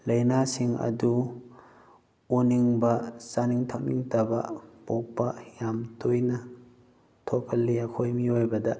ꯂꯥꯏꯅꯥꯁꯤꯡ ꯑꯗꯨ ꯑꯣꯅꯤꯡꯕ ꯆꯥꯅꯤꯡ ꯊꯛꯅꯤꯡꯗꯕ ꯄꯣꯛꯄ ꯌꯥꯝ ꯇꯣꯏꯅ ꯊꯣꯛꯍꯜꯂꯤ ꯑꯩꯈꯣꯏ ꯃꯤꯑꯣꯏꯕꯗ